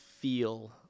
feel